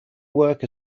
work